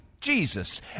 Jesus